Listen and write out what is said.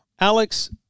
Alex